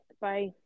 Bye